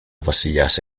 βασιλιάς